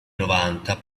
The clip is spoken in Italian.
novanta